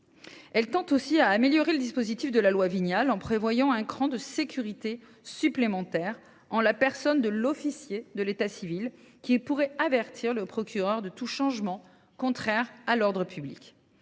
loi tend aussi à améliorer le dispositif de la loi Vignal en prévoyant un cran de sécurité supplémentaire en la personne de l’officier d’état civil, qui pourra avertir le procureur de tout changement d’identité